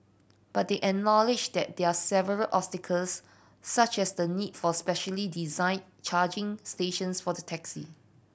but they acknowledged that there're several obstacles such as the need for specially designed charging stations for the taxi